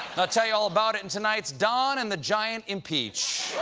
i'll tell you all about it in tonight's don and the giant impeach.